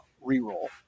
re-roll